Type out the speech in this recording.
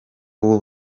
ubu